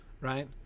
right